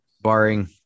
Barring